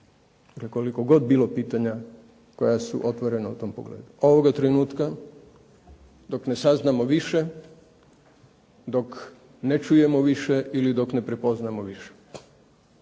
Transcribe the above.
koliko god bilo pitanja koja su otvorena u tom pogledu, ovoga trenutka dok ne saznamo više, dok ne čujemo više ili dok ne prepoznamo više.